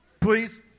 Please